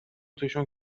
توشون